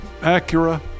Acura